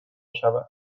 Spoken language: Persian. بشود